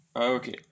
Okay